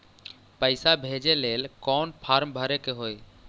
पैसा भेजे लेल कौन फार्म भरे के होई?